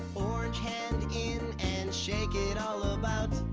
orange hand in and shake it all ah about.